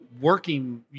working